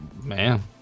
man